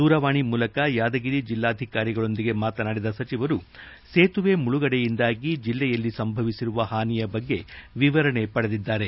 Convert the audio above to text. ದೂರವಾಣಿ ಮೂಲಕ ಯಾದಗಿರಿ ಜಿಲ್ಲಾಧಿಕಾರಿಗಳೊಂದಿಗೆ ಮಾತನಾಡಿರುವ ಸಚಿವರು ಸೇತುವೆ ಮುಳುಗಡೆಯಿಂದಾಗಿ ಜಿಲ್ಲೆಯಲ್ಲಿ ಸಂಭವಿಸಿರುವ ಹಾನಿಯ ಬಗ್ಗೆ ವಿವರಣೆ ಪಡೆದಿದ್ದಾರೆ